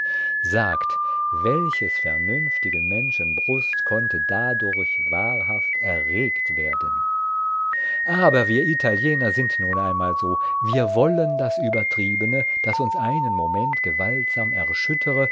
sagt welches vernünftigen menschen brust konnte dadurch wahrhaft erregt werden aber wir italiener sind nun einmal so wir wollen das übertriebene das uns einen moment gewaltsam erschüttere